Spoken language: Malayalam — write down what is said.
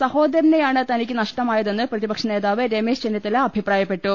സഹോദരനെയാണ് തനിക്ക് നഷ്ടമായതെന്ന് പ്രതിപക്ഷനേ താവ് രമേശ് ചെന്നിത്തല അഭിപ്രായപ്പെട്ടു